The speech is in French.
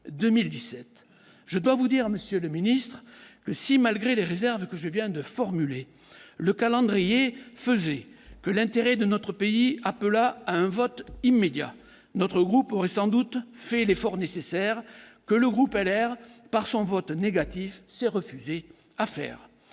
je dois vous dire Monsieur le Ministre, que si malgré les réserves que je viens de formuler le calendrier faisait que l'intérêt de notre pays, Apple a un vote immédiat notre groupe aurait sans doute fait l'effort nécessaire que le groupe LR par son vote négatif s'est refusé à faire,